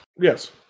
Yes